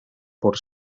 por